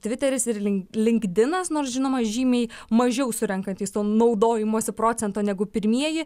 tviteris ir link link dinas nors žinoma žymiai mažiau surenkantys to naudojimosi procento negu pirmieji